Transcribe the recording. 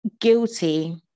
guilty